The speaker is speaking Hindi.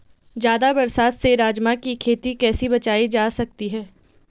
ज़्यादा बरसात से राजमा की खेती कैसी बचायी जा सकती है?